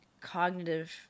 cognitive